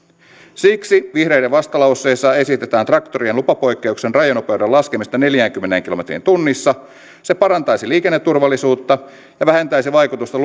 siksi vihreiden vastalauseessa esitetään traktorien lupapoikkeuksen rajanopeuden laskemista neljäänkymmeneen kilometriin tunnissa se parantaisi liikenneturvallisuutta ja vähentäisi vaikutusta